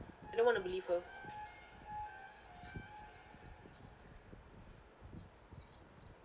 I don't want to believe her